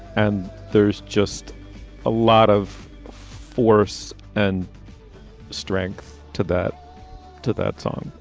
and there's just a lot of force and strength to that to that song.